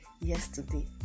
yesterday